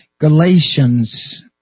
Galatians